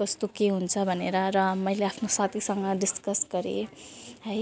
कस्तो के हुन्छ भनेर र मैले आफ्नो साथीसँग डिस्कस गरेँ है